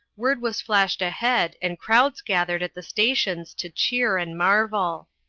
word was flashed ahead, and crowds gathered at the stations to cheer and marvel.